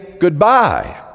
goodbye